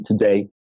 today